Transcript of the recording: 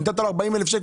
נתת לו 40,000 שקלים,